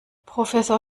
professor